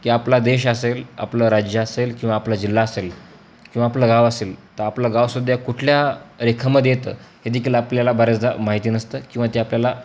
की आपला देश असेल आपलं राज्य असेल किंवा आपला जिल्हा असेल किंवा आपलं गाव असेल तं आपलं गावसध्या कुठल्या रेखामध्ये येतं हे देखील आपल्याला बऱ्याचदा माहिती नसतं किंवा ते आपल्याला